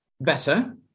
better